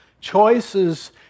Choices